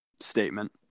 statement